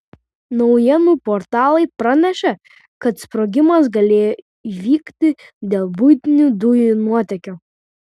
naujienų portalai pranešė kad sprogimas galėjo įvykti dėl buitinių dujų nuotėkio